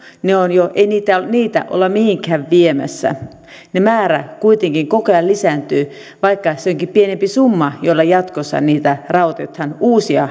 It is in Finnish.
jo rahoitettu ei niitä olla mihinkään viemässä määrä kuitenkin koko ajan lisääntyy vaikka se onkin pienempi summa jolla jatkossa niitä uusia